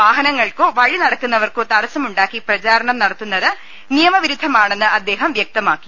വാഹനങ്ങൾക്കോ വഴി നടക്കുന്നവർക്കോ തടസ്സമുണ്ടാക്കി പ്രചാരണം നടത്തുന്നത് നിയമവിരുദ്ധമാണെന്ന് അദ്ദേഹം വ്യക്ത മാക്കി